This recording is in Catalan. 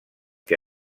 que